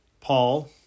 Paul